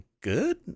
good